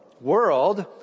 world